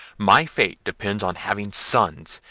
my fate depends on having sons,